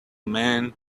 man